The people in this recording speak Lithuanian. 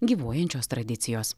gyvuojančios tradicijos